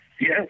Yes